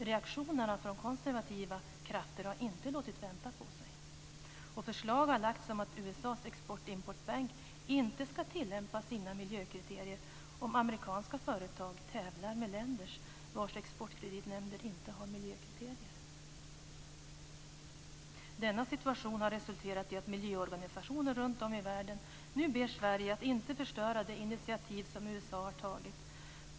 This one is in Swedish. Reaktionerna från konservativa krafter har inte låtit vänta på sig, och förslag har lagts fram om att USA:s export och importbank inte skall tillämpa sina miljökriterier om amerikanska företag tävlar mot länder vilkas exportkreditnämnder inte har miljökriterier. Denna situation har resulterat i att miljöorganisationer runtom i världen nu ber Sverige att inte förstöra det initiativ som USA har tagit.